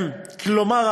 כלומר,